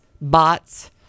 bots